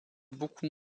beaucoup